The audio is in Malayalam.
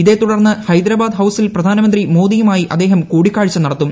ഇതേതുടർന്ന് ഹൈദരാബാദ് ഹൌസിൽ പ്രധാനമന്ത്രി മോദിയുമായി അദ്ദേഹം കൂടിക്കാഴ്ച നടത്തും